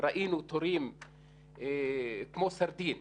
ראינו תורים כמו סרדינים